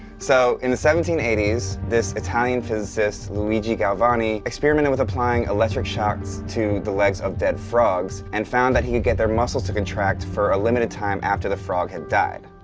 so, in the seventeen eighty s, this italian physicist, luigi galvani, experimented with applying electric shocks to the legs of dead frogs, and found that he could get their muscles to contract for a limited time after the frog had died.